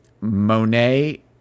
monet